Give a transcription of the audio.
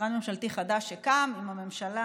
משרד ממשלתי חדש שקם עם הממשלה